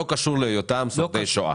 אבל זה לא קשור להיותם שורדי שואה.